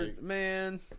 man